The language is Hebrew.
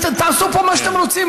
ותעשו פה מה שאתם רוצים,